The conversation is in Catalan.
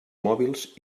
mòbils